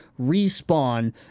Respawn